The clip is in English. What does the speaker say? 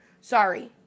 Sorry